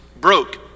broke